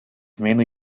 mainly